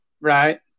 right